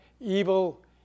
Evil